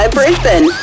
Brisbane